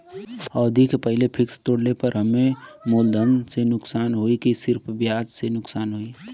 अवधि के पहिले फिक्स तोड़ले पर हम्मे मुलधन से नुकसान होयी की सिर्फ ब्याज से नुकसान होयी?